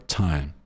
time